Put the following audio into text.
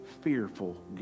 fearful